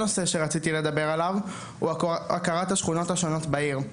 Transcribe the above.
נושא נוסף שרציתי לדבר עליו הוא הכרת השכונות השונות בעיר.